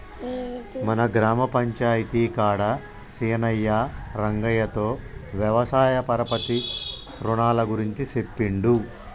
మన గ్రామ పంచాయితీ కాడ సీనయ్యా రంగయ్యతో వ్యవసాయ పరపతి రునాల గురించి సెప్పిండు